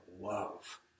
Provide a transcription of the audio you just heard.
love